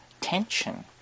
tension